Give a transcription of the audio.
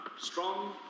strong